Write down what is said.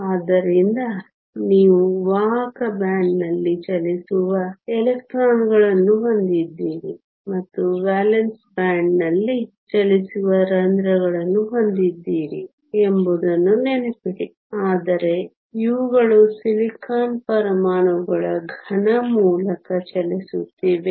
ಆದ್ದರಿಂದ ನೀವು ವಾಹಕ ಬ್ಯಾಂಡ್ನಲ್ಲಿ ಚಲಿಸುವ ಎಲೆಕ್ಟ್ರಾನ್ಗಳನ್ನು ಹೊಂದಿದ್ದೀರಿ ಮತ್ತು ವೇಲೆನ್ಸಿ ಬ್ಯಾಂಡ್ನಲ್ಲಿ ಚಲಿಸುವ ರಂಧ್ರಗಳನ್ನು ಹೊಂದಿದ್ದೀರಿ ಎಂಬುದನ್ನು ನೆನಪಿಡಿ ಆದರೆ ಇವುಗಳು ಸಿಲಿಕಾನ್ ಪರಮಾಣುಗಳ ಘನ ಮೂಲಕ ಚಲಿಸುತ್ತಿವೆ